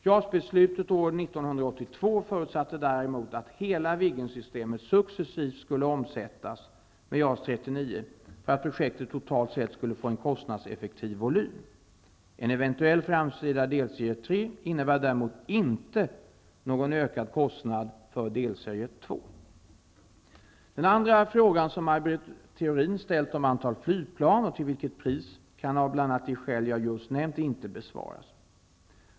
JAS-beslutet år 1982 förutsatte däremot att hela Viggensystemet successivt skulle omsättas med JAS 39 för att projektet totalt sett skulle få en kostnadseffektiv volym. En eventuell framtida delserie 3 innebär däremot inte någon ökad kostnad för delserie 2. Den andra frågan som Maj Britt Theorin ställt om antalet flygplan och till vilket pris, kan av bl.a. de skäl jag just nämnt inte besvaras.